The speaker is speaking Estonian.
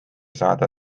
saada